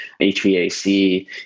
HVAC